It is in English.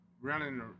running